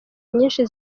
nyinshi